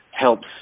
helps